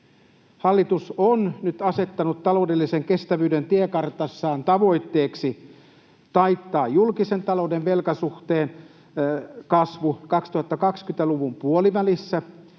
Hallitus on nyt asettanut taloudellisen kestävyyden tiekartassaan tavoitteeksi taittaa julkisen talouden velkasuhteen kasvu 2020-luvun puolivälissä